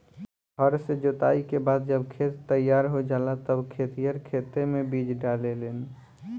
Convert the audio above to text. हर से जोताई के बाद जब खेत तईयार हो जाला तब खेतिहर खेते मे बीज डाले लेन